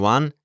One